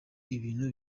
ibintu